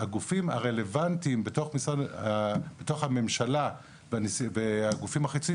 הגופים הרלוונטיים בתוך הממשלה והגופים החיצוניים